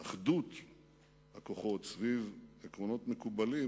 אחדות הכוחות סביב עקרונות מקובלים